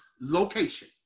location